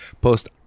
Post